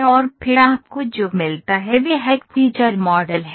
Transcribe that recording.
और फिर आपको जो मिलता है वह एक फीचर मॉडल है